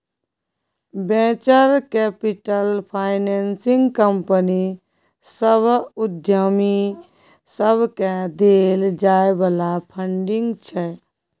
venture capital financing company सभ आ उद्यमी सबकेँ देल जाइ बला फंडिंग छै